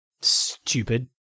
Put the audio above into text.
Stupid